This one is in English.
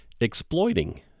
exploiting